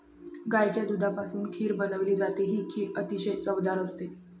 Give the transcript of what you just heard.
गाईच्या दुधापासून खीर बनवली जाते, ही खीर अतिशय चवदार असते